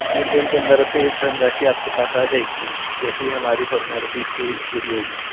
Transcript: तीन दिन के अंदर से धन राशि आपके पास आ जाएगी जैसे ही हमारी फॉर्मेलिटीज़ पूरी पूरी होगी